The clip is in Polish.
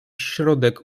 środek